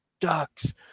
Ducks